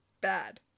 Bad